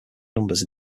numbers